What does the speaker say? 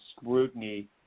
scrutiny